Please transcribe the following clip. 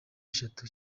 eshatu